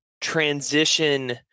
transition